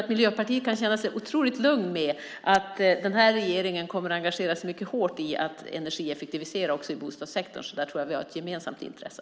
Ni i Miljöpartiet kan känna er otroligt lugna för att den här regeringen kommer att engagera sig mycket hårt i att energieffektivisera också i bostadssektorn. Där tror jag att vi har ett gemensamt intresse.